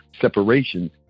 separation